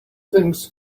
things